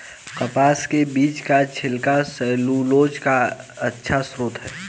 कपास के बीज का छिलका सैलूलोज का अच्छा स्रोत है